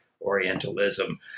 Orientalism